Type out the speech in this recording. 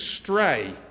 stray